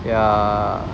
yeah